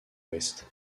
ouest